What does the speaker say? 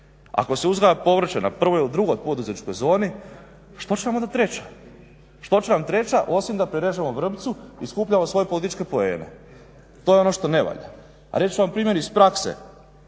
Ako se uzgaja povrće na prvoj ili drugoj poduzetničkoj zoni što će nam onda treća osim da prerežemo vrpcu i skupljamo svoje političke poene? To je ono što ne valja. A reći ću vam primjer iz prakse,